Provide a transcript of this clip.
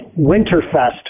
Winterfest